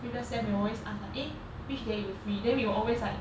previous sem they always ask like eh which day you free then we will always like